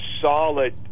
solid